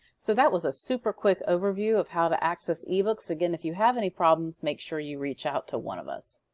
so that was a super quick overview of how to access e-books. again, if you have any problems make sure you reach out to one of us.